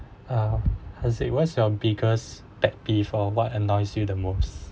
uh how to say what's your biggest pet peeve or what annoys you the most